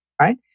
right